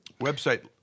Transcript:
website